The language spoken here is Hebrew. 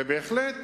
ובהחלט